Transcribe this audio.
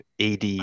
AD